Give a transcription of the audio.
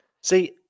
See